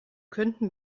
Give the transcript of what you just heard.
könnten